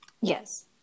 Yes